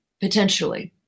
potentially